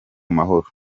mahoro